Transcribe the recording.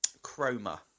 chroma